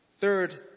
Third